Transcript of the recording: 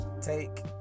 take